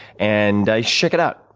and check it out.